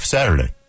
Saturday